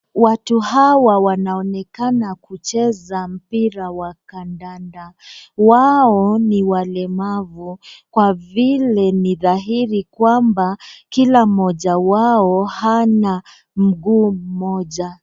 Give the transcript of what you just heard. Watu hawa wanaonekana kucheza mpira wa kadada, wao ni walemavu kwa vile ni dhairi kwamba kila mmoja wao hana mguu mmoja.